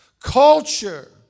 Culture